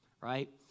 right